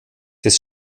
des